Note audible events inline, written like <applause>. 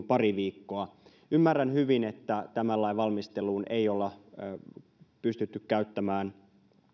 <unintelligible> pari viikkoa ymmärrän hyvin että tämän lain valmisteluun ei olla pystytty käyttämään